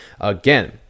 again